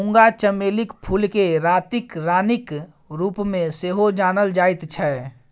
मूंगा चमेलीक फूलकेँ रातिक रानीक रूपमे सेहो जानल जाइत छै